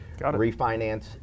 refinance